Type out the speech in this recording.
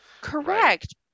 Correct